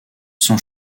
sans